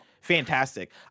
fantastic